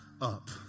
up